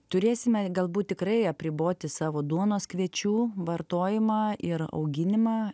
turėsime galbūt tikrai apriboti savo duonos kviečių vartojimą ir auginimą